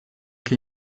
che